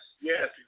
yes